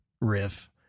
riff